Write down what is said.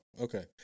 okay